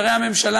שרי הממשלה,